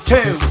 Two